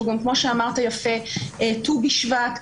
שהוא גם כמו שאמרת יפה ט"ו בשבט,